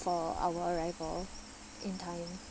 for our arrival in time